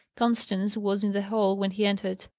constance was in the hall when he entered,